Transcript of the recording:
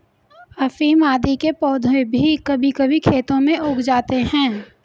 अफीम आदि के पौधे भी कभी कभी खेतों में उग जाते हैं